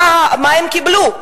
מה הם קיבלו?